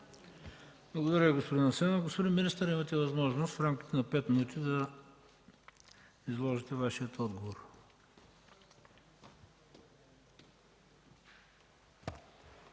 Благодаря Ви, господин Асенов. Господин министър, имате възможност в рамките на пет минути да изложите Вашия отговор. МИНИСТЪР